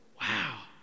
wow